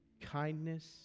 kindness